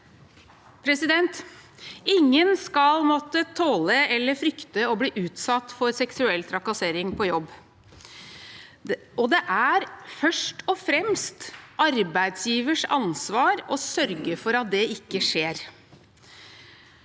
Ingen skal måtte tåle eller frykte å bli utsatt for seksuell trakassering på jobb, og det er først og fremst arbeidsgivers ansvar å sørge for at det ikke skjer.